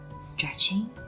stretching